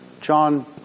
John